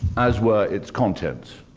as were its contents.